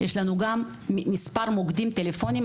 יש לנו גם מס' מוקדים טלפוניים,